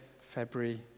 February